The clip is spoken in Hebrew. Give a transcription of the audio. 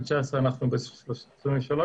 וב-2019 אנחנו ב-23%,